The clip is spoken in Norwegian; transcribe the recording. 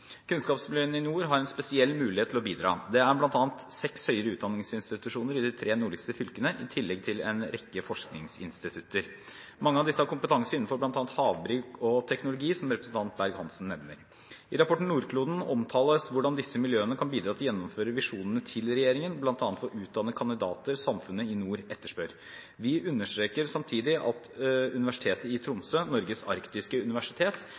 Kunnskapsmiljøene i nord har en spesiell mulighet til å bidra. Det er bl.a. seks høyere utdanningsinstitusjoner i de tre nordligste fylkene og i tillegg en rekke forskningsinstitutter. Mange av disse har kompetanse innenfor bl.a. havbruk og teknologi, som representanten Berg-Hansen nevner. I rapporten Nordkloden omtales hvordan disse miljøene kan bidra til å gjennomføre visjonene til regjeringen, bl.a. ved å utdanne kandidater samfunnet i nord etterspør. Vi understreker samtidig at Universitetet i Tromsø, Norges arktiske universitet,